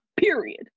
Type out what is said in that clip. period